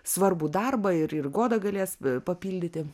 svarbų darbą ir ir goda galės papildyti